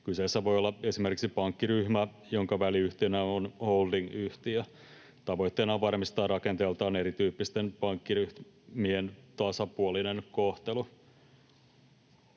Kyseessä voi olla esimerkiksi pankkiryhmä, jonka väliyhtiönä on holdingyhtiö. Tavoitteena on varmistaa rakenteeltaan erityyppisten pankkiryhmien tasapuolinen kohtelu.